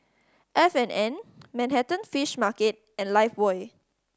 F and N Manhattan Fish Market and Lifebuoy